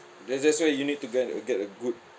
that that's why you need to get a get a good